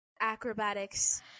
acrobatics